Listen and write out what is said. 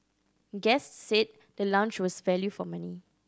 guests said the lounge was value for money